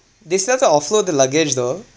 they start to offload the luggage though